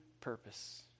purpose